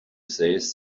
says